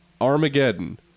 Armageddon